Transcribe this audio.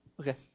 Okay